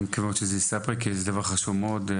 אני מקווה מאוד שזה יישא פרי כי זה חשוב מאוד.